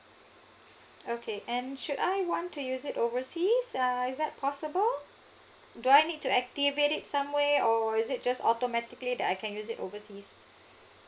okay and should I want to use it overseas uh is it possible do I need to activate somewhere or is it just automatically I can use it overseas